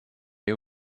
you